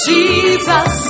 Jesus